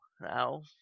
Now